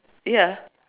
ya